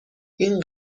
این